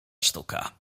sztuka